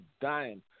dying